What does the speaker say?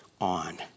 on